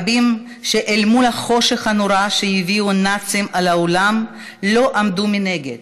רבים שאל מול החושך הנורא שהביאו הנאצים על העולם לא עמדו מנגד,